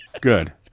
Good